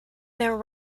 there